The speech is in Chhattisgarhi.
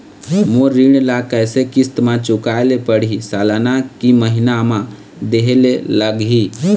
मोर ऋण ला कैसे किस्त म चुकाए ले पढ़िही, सालाना की महीना मा देहे ले लागही?